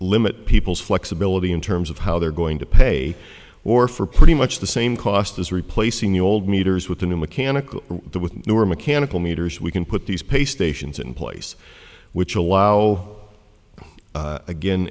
limit people's flexibility in terms of how they're going to pay war for pretty much the same cost as replacing your old meters with the new mechanical do with your mechanical meters we can put these pay stations in place which allow all again